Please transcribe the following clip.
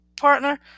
partner